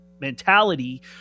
mentality